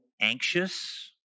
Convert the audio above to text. anxious